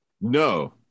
No